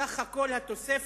סך כל התוספת